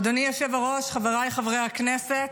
אדוני היושב-ראש, חבריי חברי הכנסת,